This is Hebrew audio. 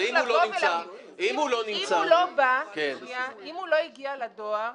אם הוא לא הגיע לדואר,